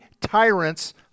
tyrants